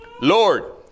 Lord